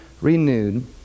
renewed